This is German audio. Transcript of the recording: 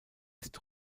ist